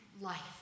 life